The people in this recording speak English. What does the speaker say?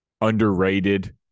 underrated